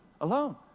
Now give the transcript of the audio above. alone